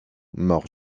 mort